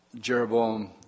Jeroboam